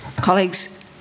Colleagues